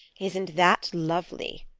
isn't that lovely!